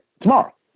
tomorrow